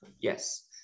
Yes